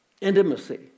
intimacy